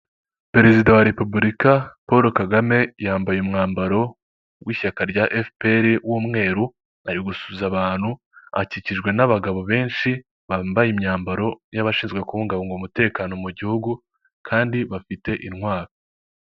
Perezida wa Repubulika Paul Kagame, yambaye umwambaro w'ishyaka rya efuperi w'umweru, ari gusuhuza abantu, akikijwe n'abagabo benshi bambaye imyambaro y'abashinzwe kubungabunga umutekano mu gihugu kandi bafite intwaro.